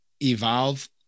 evolve